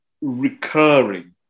recurring